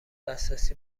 دسترسی